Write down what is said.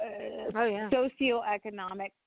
socioeconomic